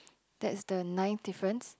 that is the nine difference